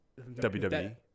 WWE